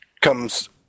comes